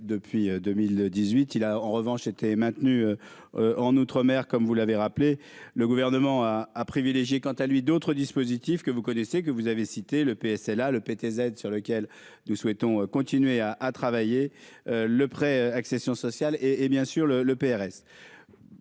depuis 2018, il a en revanche était maintenu en outre-mer, comme vous l'avez rappelé le gouvernement a privilégié quant à lui, d'autres dispositifs que vous connaissez, que vous avez cité le PSL là le PTZ sur lequel nous souhaitons continuer à à travailler le prêt accession sociale et et bien sûr le le PRS.